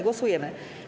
Głosujemy.